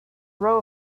row